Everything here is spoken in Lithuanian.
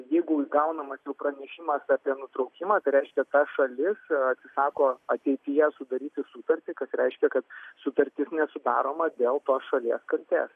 jeigu gaunamas jau pranešimas apie nutraukimą tai reiškia ta šalis atsisako ateityje sudaryti sutartį kas reiškia kad sutartis nesudaroma dėl tos šalies kaltės